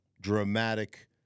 dramatic